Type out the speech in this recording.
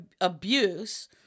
abuse